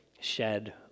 shed